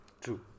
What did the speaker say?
True